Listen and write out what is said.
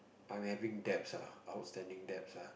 I'm having debts ah outstanding debts ah